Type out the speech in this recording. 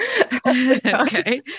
Okay